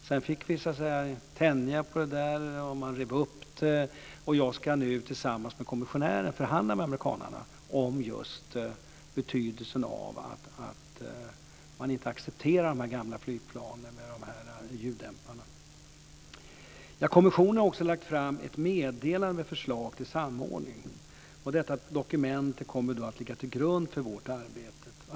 Sedan fick vi tänja på det här. Man rev upp det, och jag ska nu tillsammans med kommissionären förhandla med amerikanarna om just betydelsen av att inte acceptera de här gamla flygplanen med de här ljuddämparna. Kommissionen har också lagt fram ett meddelande med förslag till samordning. Detta dokument kommer då att ligga till grund för vårt arbete.